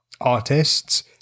artists